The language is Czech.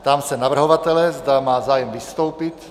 Ptám se navrhovatele, zda má zájem vystoupit.